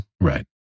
Right